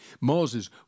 Moses